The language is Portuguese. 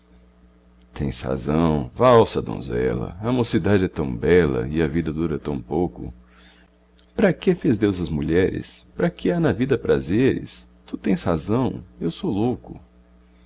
tens razão valsa donzela a mocidade é tão bela e a vida dura tão pouco pra que fez deus as mulheres pra que há na vida prazeres tu tens razão eu sou louco